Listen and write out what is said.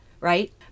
Right